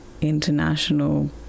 international